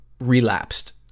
relapsed